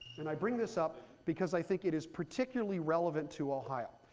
and i bring this up because i think it is particularly relevant to ohio.